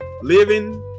living